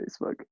Facebook